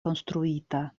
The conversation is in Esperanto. konstruita